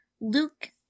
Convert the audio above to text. Luke